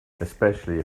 especially